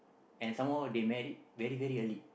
and some more they married very very early